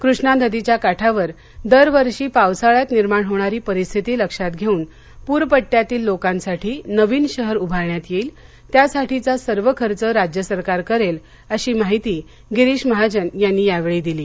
कृष्णा नदीच्या काठावर दरवर्षी पावसाळ्यात निर्माण होणारी परिस्थिती लक्षात घेऊन पूर पट्टयातील लोकांसाठी नवीन शहर उभारण्यात येईल त्यासाठीचा सर्व खर्च राज्य सरकार करेल अशी माहिती गिरीश महाजन यांनी यावेळी दिली